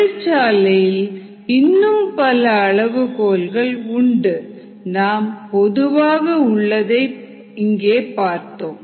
தொழிற்சாலையில் இன்னும் பல அளவுகோல்கள் உண்டு நாம் பொதுவாக உள்ளதைப் பார்த்தோம்